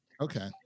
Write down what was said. Okay